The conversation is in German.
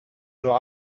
nur